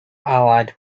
allied